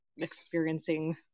experiencing